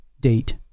date